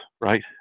right